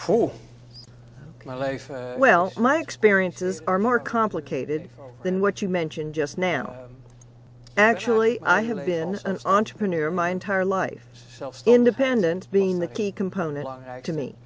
life well my experiences are more complicated than what you mentioned just now actually i have been an entrepreneur my entire life independent being the key component to me